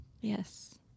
Yes